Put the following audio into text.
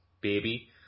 baby